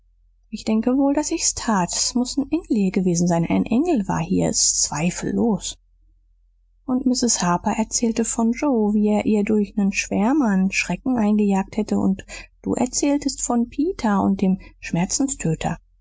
ich denke wohl daß ich's tat s muß ein engel hier gewesen sein ein engel war hier s ist zweifellos und mrs harper erzählte von joe wie er ihr durch nen schwärmer nen schrecken eingejagt hätte und du erzähltest von peter und dem